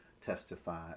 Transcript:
testify